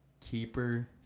Keeper